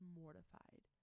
mortified